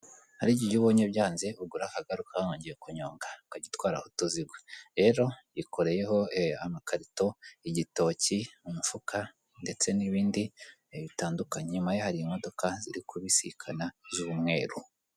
Hari igihe iyo ubonye byanze ugura akagare ukajya kunyonga ukajya utwara utozigwa, rero yikoreyeho amakarito, igitoki, umufuka ndetse n'ibindi bihe bitandukanye, inyuma ye hari imodoka ziri kubisikana z'umweru.